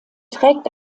trägt